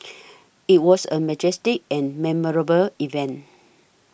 it was a majestic and memorable event